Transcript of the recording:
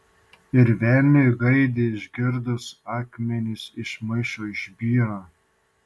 ir velniui gaidį išgirdus akmenys iš maišo išbyra